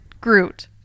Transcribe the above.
Groot